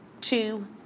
Two